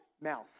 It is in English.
mouth